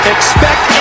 Expect